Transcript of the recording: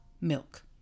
milk